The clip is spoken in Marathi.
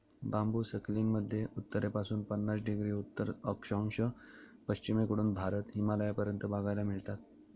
बांबु सखालीन मध्ये उत्तरेपासून पन्नास डिग्री उत्तर अक्षांश, पश्चिमेकडून भारत, हिमालयापर्यंत बघायला मिळतात